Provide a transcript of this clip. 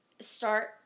start